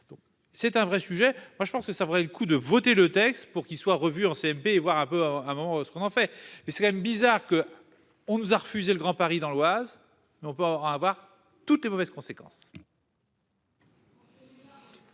c'est un vrai sujet. Moi je pense que ça vaudrait le coup de voter le texte pour qu'il soit revu en CMP, voire un peu avant ce qu'on en fait mais c'est quand même bizarre que on nous a refusé le Grand Paris. Dans l'Oise. On peut avoir à avoir toutes les mauvaises conséquences.